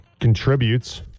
contributes